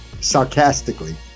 sarcastically